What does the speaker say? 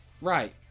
Right